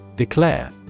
Declare